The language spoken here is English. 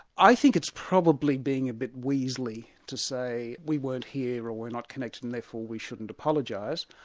i think it's probably being a bit weasely to say we weren't here or we're not connected and therefore we shouldn't apologise.